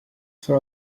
for